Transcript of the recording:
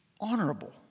honorable